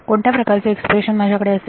कोणत्या प्रकारचे एक्सप्रेशन माझ्याकडे असेल